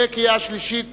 בקריאה שלישית.